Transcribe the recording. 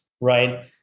right